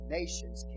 nations